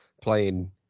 playing